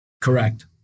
Correct